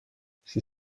ces